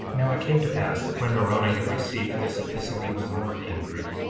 now it came to pass that when moroni had received this epistle he was more angry,